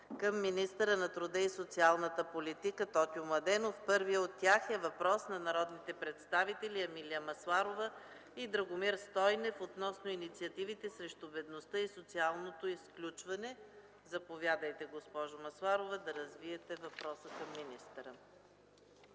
към министъра на труда и социалната политика Тотю Младенов. Първият от тях е въпрос на народните представители Емилия Масларова и Драгомир Стойнев относно инициативите срещу бедността и социалното изключване. Заповядайте, госпожо Масларова, да развиете въпроса към министъра.